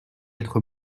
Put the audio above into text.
être